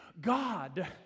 God